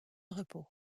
repos